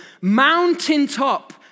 mountaintop